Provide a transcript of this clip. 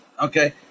okay